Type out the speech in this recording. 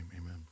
amen